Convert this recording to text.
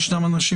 ישנם אנשים